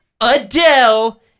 Adele